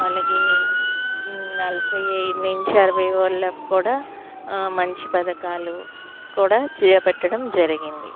వాళ్ళకి నలభై ఐదు నుంచి అరవై వాళ్ళకు కూడా మంచి పథకాలు కూడా చేపట్టడం జరిగింది